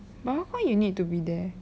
but how come you need to be there